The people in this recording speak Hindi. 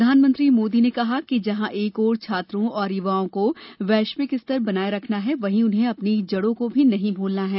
प्रधानमंत्री मोदी ने कहा कि जहां एक ओर छात्रों और युवाओं को वैश्विक स्तर बनाए रखना है वहीं उन्हें अपनी जड़ों को भी नहीं भूलना है